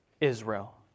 Israel